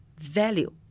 value